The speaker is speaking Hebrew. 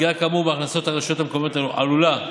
פגיעה כאמור בהכנסות הרשויות המקומיות עלולה,